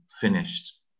finished